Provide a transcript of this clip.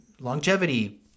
longevity